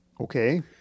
Okay